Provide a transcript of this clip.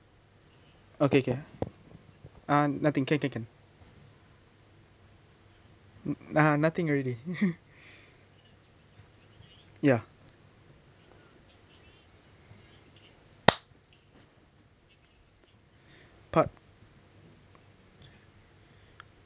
okay can uh nothing can can can uh nothing already ya part